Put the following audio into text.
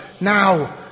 Now